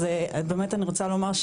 אז באמת אני רוצה לומר,